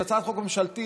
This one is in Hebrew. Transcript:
הצעת חוק ממשלתית,